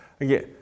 Again